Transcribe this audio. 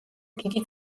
დიდი